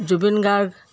Zubeen Garg